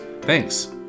Thanks